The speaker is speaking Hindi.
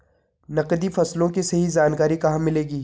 नकदी फसलों की सही जानकारी कहाँ मिलेगी?